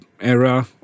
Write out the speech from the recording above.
era